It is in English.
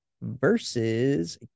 versus